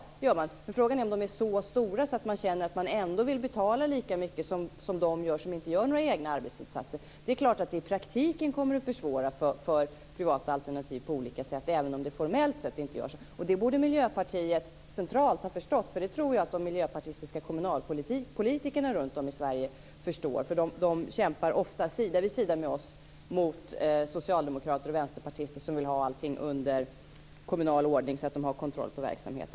Ja, det gör man, men frågan är om de är så stora att man känner att man vill betala lika mycket som de gör som inte gör några egna arbetsinsatser. Det är klart att i praktiken kommer det att försvåra för privata alternativ på olika sätt, även om det formellt sätt inte gör det. Det borde Miljöpartiet centralt ha förstått, för det tror jag att de miljöpartistiska kommunalpolitikerna runtom i Sverige förstår. De kämpar ofta sida vid sida med oss mot socialdemokrater och vänsterpartister, som vill ha allting under kommunal ordning så att de har kontroll på verksamheten.